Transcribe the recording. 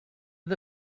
the